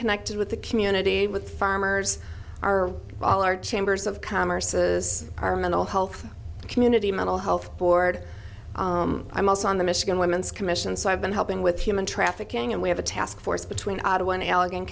connected with the community with farmers are chambers of commerce is our mental health community mental health board i'm also on the michigan women's commission so i've been helping with human trafficking and we have a task force between our one allegheny